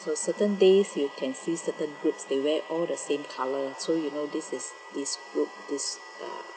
so certain days you can see certain groups they wear all the same color so you know this is this group this ah